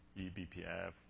eBPF